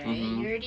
mmhmm